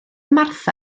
martha